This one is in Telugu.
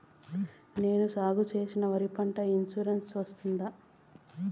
నేను సాగు చేసిన వరి పంటకు ఇన్సూరెన్సు వస్తుందా?